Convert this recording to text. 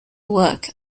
work